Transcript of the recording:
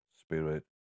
Spirit